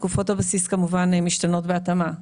תקופות הבסיס כמובן משתנות בהתאמה.